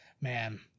Man